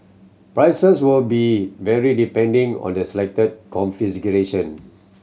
prices will be vary depending on the selected configuration